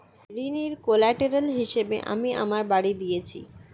ঋনের কোল্যাটেরাল হিসেবে আমি আমার বাড়ি দিয়েছি